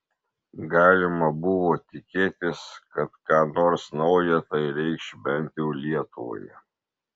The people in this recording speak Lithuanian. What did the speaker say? galima buvo tikėtis kad ką nors nauja tai reikš bent jau lietuvai